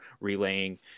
relaying